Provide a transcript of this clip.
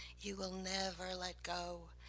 you will never let go,